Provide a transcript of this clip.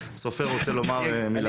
סופר רוצה לומר מילה.